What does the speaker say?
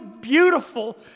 beautiful